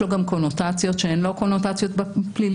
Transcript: יש לו גם קונוטציות שהן לא קונוטציות פליליות.